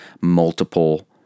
multiple